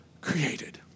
created